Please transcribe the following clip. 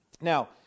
Now